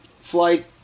flight